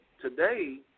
today